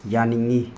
ꯌꯥꯅꯤꯡꯉꯤ